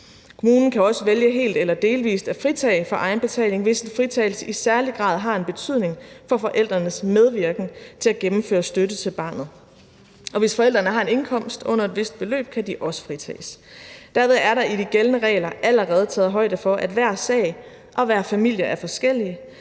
Kommunen kan også vælge helt eller delvis at fritage for egenbetaling, hvis en fritagelse i særlig grad har en betydning for forældrenes medvirken til at gennemføre støtte til barnet. Og hvis forældrene har en indkomst under et vist beløb, kan de også fritages. Derved er der i de gældende regler allerede taget højde for, at hver sag og hver familie er forskellige